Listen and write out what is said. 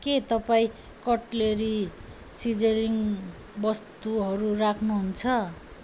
के तपाईँ cutlery seasoning वस्तुहरू राख्नुहुन्छ